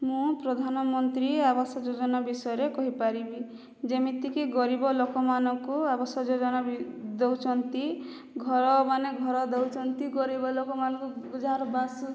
ମୁଁ ପ୍ରଧାନମନ୍ତ୍ରୀ ଆବାସ ଯୋଜନା ବିଷୟରେ କହିପାରିବି ଯେମିତି କି ଗରିବ ଲୋକମାନଙ୍କୁ ଆବାସ ଯୋଜନା ଦେଉଛନ୍ତି ଘର ମାନେ ଘର ଦେଉଛନ୍ତି ଗରିବ ଲୋକମାନଙ୍କୁ ଯାହାର ବାସ